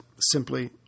simply